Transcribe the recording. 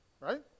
right